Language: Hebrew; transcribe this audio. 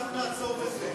לא, אנחנו נעצור בזה.